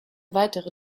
weitere